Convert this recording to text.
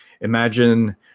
Imagine